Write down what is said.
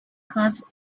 caused